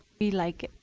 we like